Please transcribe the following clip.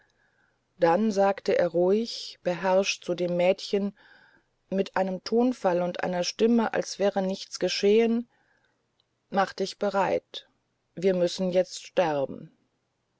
dann sagte er ruhig beherrscht zu dem mädchen mit einem tonfall und einer stimme als wäre nichts geschehen mach dich bereit wir müssen jetzt sterben